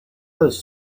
does